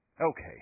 Okay